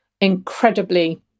incredibly